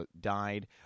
died